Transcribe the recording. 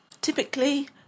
typically